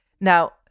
Now